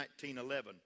1911